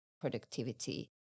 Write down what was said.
productivity